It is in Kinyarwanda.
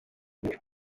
umwe